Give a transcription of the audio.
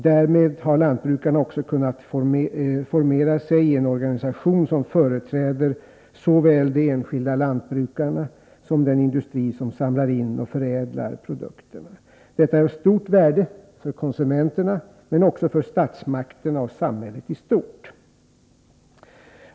Därmed har lantbrukarna också kunnat formera sig i en organisation, som företräder såväl de enskilda lantbrukarna som den industri som samlar in och förädlar produkterna. Detta är av stort värde för konsumenterna — men också för statsmakterna och samhället i stort.